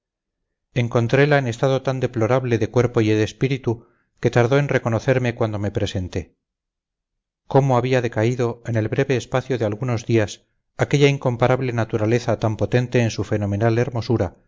castillo encontrela en estado tan deplorable de cuerpo y de espíritu que tardó en reconocerme cuando me presenté cómo había decaído en el breve espacio de algunos días aquella incomparable naturaleza tan potente en su fenomenal hermosura